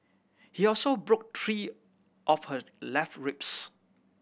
he also broke three of her left ribs